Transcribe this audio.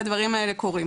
והדברים האלה קורים.